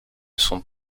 sont